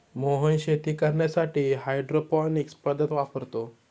मोहन शेती करण्यासाठी हायड्रोपोनिक्स पद्धत वापरतो